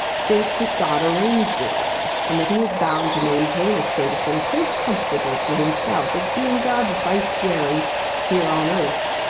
thinks that god arranged it all and that he is bound to maintain a state of things so comfortable to himself, as being god's vicegerent here on earth.